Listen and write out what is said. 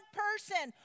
person